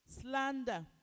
slander